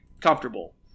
comfortable